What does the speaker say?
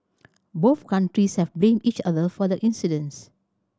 both countries have blamed each other for the incidence